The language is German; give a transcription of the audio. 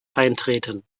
eintreten